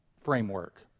framework